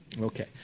Okay